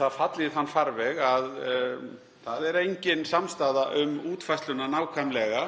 það fallið í þann farveg að það er engin samstaða um útfærsluna nákvæmlega.